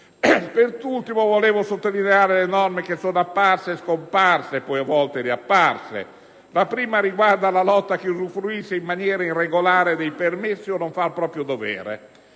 Per ultimo, volevo sottolineare le norme che sono apparse, scomparse e poi, a volte, riapparse. Le prime riguardano la lotta a chi usufruisce in maniera irregolare dei permessi o non fa il proprio dovere.